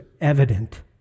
evident